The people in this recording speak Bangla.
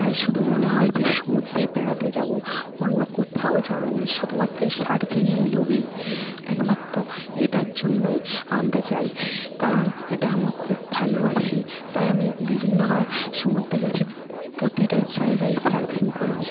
তাই শুধু মনে হয় যে সমুদ্রেই বেড়াতে যাব অন্য কোত্থাও যাব না শুধুমাত্র এই সার্ফিংয়ের লোভেই একমাত্র এটার জন্যই আমরা যাই কারণ এটা আমরা খুব ভালোবাসি তাই আমি বিভিন্নবার সমুদ্রে গেছি প্রতিটা জায়গায় সার্ফিং করেছি